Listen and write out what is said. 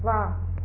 वाह